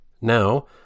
Now